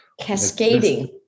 Cascading